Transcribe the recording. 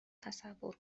تصور